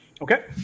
Okay